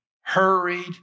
hurried